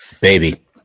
Baby